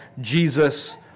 Jesus